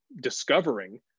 discovering